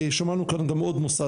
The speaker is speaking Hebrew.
שמענו כאן גם עוד מוסד,